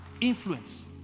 Influence